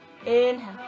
Inhale